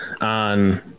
on